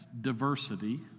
diversity